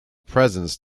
presence